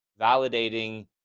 validating